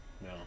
No